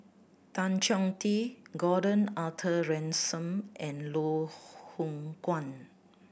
Tan Chong Tee Gordon Arthur Ransome and Loh Hoong Kwan